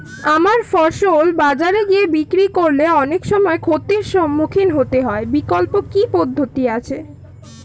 আমার ফসল বাজারে গিয়ে বিক্রি করলে অনেক সময় ক্ষতির সম্মুখীন হতে হয় বিকল্প কি পদ্ধতি আছে?